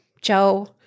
Joe